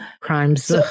Crimes